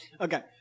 Okay